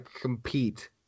compete